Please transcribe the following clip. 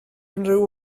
unrhyw